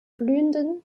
blühenden